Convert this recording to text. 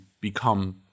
become